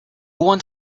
want